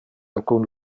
alcun